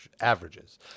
averages